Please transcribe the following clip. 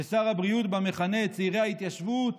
ששר הבריאות בה מכנה את צעירי ההתיישבות